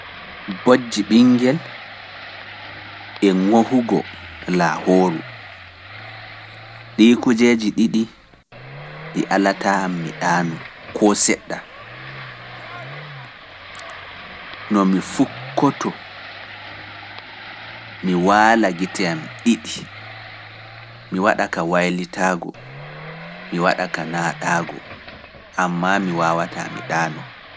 Bojji ɓingel e ŋohugo laahooru, ɗii kujeeji ɗiɗi ɗi alataa mi ɗaanu koo seɗɗa. No mi fukkoto, mi waala gite am ɗiɗi, mi waɗa ka waylitaago, mi waɗa ka naaɗaago, ammaa mi waawataa mi ɗaanu.